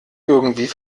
irgendwie